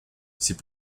c’est